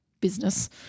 business